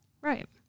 Right